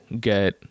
get